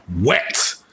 wet